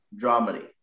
dramedy